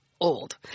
old